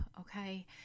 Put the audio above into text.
okay